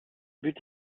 but